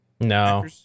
No